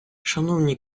шановні